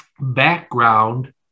background